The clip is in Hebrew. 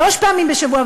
שלוש פעמים בשבוע,